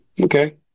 Okay